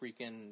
freaking